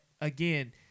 again